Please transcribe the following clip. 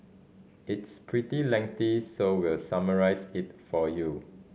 it's pretty so we summarised it for you